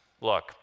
look